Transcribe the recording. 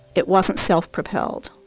it wasn't self-propelled,